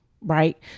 Right